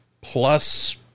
plus